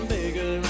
bigger